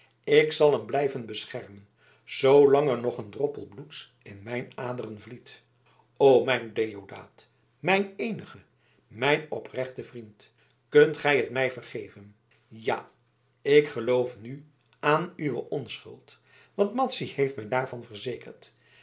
ik zal hem blijven beschermen zoolang er een droppel bloeds in mijn aderen vliet o mijn deodaat mijn eenige mijn oprechte vriend kunt gij het mij vergeven ja ik geloof nu aan uwe onschuld want madzy heeft mij daarvan verzekerd